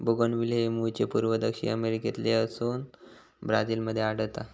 bougainvillea हे मूळचे पूर्व दक्षिण अमेरिकेतले असोन ब्राझील मध्ये आढळता